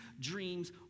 dreams